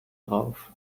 drauf